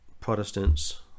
Protestants